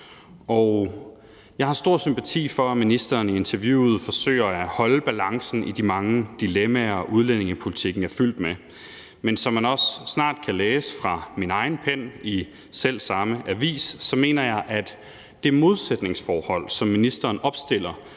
Jeg har stor sympati for, at ministeren i interviewet forsøger at holde balancen i de mange dilemmaer, udlændingepolitikken er fyldt med, men som man også snart kan læse fra min egen pen i selv samme avis, mener jeg, at det modsætningsforhold, som ministeren opstiller,